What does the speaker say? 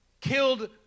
killed